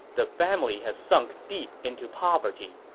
the family had sunk deep into poverty,